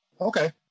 okay